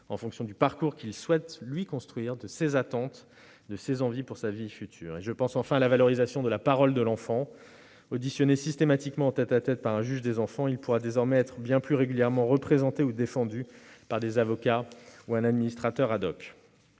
en fonction du parcours qu'il souhaite construire, de ses attentes et de ses envies pour sa vie future. Je pense enfin à la valorisation de la parole de l'enfant. Auditionné systématiquement en tête-à-tête par un juge des enfants, il pourra désormais être bien plus régulièrement représenté ou défendu par un avocat ou un administrateur.